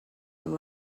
amb